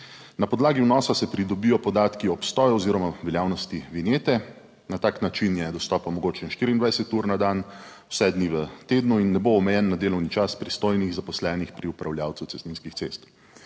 Na podlagi vnosa se pridobijo podatki o obstoju oziroma veljavnosti vinjete. Na tak način je dostop omogočen 24 ur na dan, vse dni v tednu in ne bo omejen na delovni čas pristojnih zaposlenih pri upravljavcu cestninskih cest.